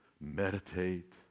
meditate